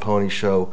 pony show